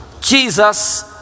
Jesus